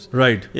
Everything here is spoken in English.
right